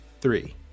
Three